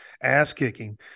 ass-kicking